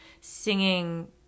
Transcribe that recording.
singing